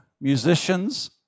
musicians